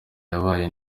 yabaye